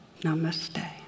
Namaste